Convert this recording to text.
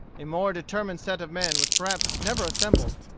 a more determined set of men was perhaps never assembled.